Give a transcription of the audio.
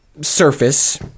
surface